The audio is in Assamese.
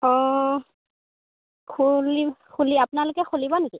অঁ খুলি খুলি আপোনালোকে খুলিব নেকি